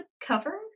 cover